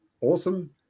awesome